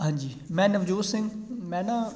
ਹਾਂਜੀ ਮੈਂ ਨਵਜੋਤ ਸਿੰਘ ਮੈਂ ਨਾ